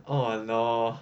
oh no